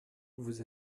vous